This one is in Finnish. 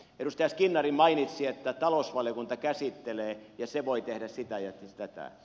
edustaja skinnari mainitsi että talousvaliokunta käsittelee ja se voi tehdä sitä ja tätä